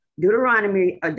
Deuteronomy